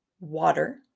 water